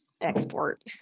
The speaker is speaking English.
export